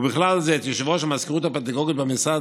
ובכלל זה את יושב-ראש המזכירות הפדגוגית במשרד,